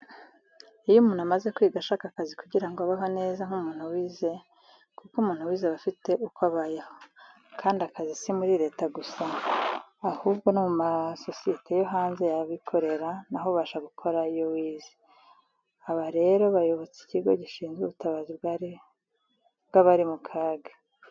Iyo umuntu amaze kwiga ashaka akazi kugirango abeho neza nk'umuntu wize kuko umuntu wize aba afite uko abayeho. kandi akazi simuri leta gusa ahubwo no mumasosiyete yohanze yabikorera naho ubasha gukorayo iyo wize. aba rero bayobotse ikigo gishinzwe ubutabazi bwabari mukaga.